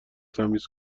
تمیز